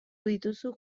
dituzu